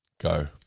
Go